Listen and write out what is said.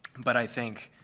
but i think